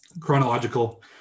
chronological